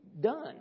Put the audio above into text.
done